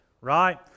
right